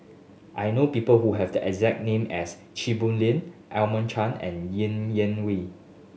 I know people who have the exact name as Chia Boon Leong Edmund Cheng and Ng Yak Whee